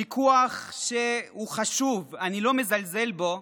ויכוח שהוא חשוב, אני לא מזלזל בו,